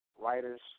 writers